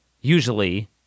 usually